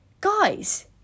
guys